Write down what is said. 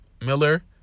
Miller